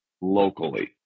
locally